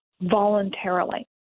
voluntarily